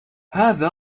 هذا